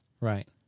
Right